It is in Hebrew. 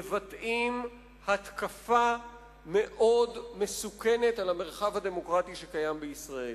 מבטאים התקפה מאוד מסוכנת על המרחב הדמוקרטי שקיים בישראל,